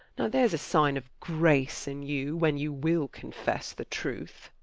now there's a sign of grace in you, when you will confess the truth.